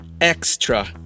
extra